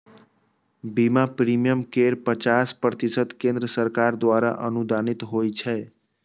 बीमा प्रीमियम केर पचास प्रतिशत केंद्र सरकार द्वारा अनुदानित होइ छै